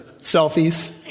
selfies